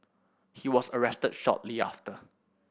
he was arrested shortly after